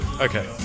Okay